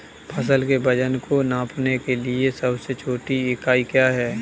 फसल के वजन को नापने के लिए सबसे छोटी इकाई क्या है?